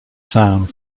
sound